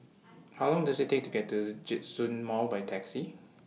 How Long Does IT Take to get to Djitsun Mall By Taxi